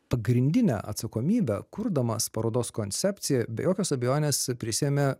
pagrindinę atsakomybę kurdamas parodos koncepciją be jokios abejonės prisiėmė